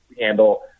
handle